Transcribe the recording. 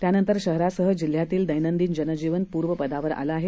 त्यानंतर शहरासह जिल्ह्यातील दैनदिन जनजिवन पुर्व पदावर आले आहे